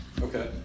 Okay